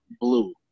Blue